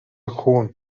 خون